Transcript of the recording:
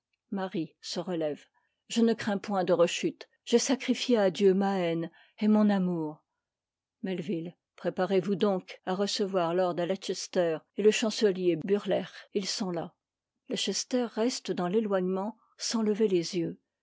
marie se relève je ne crains point de rechute j'ai sacrifié à dieu ma haine et mon amour melville préparez-vous donc à recevoir lord leicester et le chancelier burleigh ils sont là leicester reste dans l'éloignement sans lever les yeux